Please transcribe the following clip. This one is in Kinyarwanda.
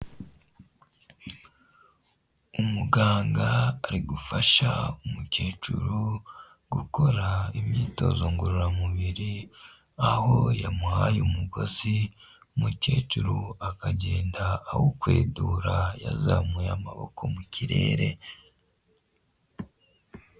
Umuganga ari gufasha umukecuru gukora imyitozo ngororamubiri aho yamuhaye umugozi umukecuru akagenda awukwetura yazamuye amaboko mu kirere.